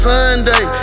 Sunday